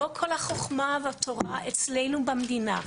לא כל החוכמה והתורה אצלנו במדינה,